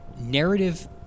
Narrative